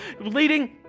leading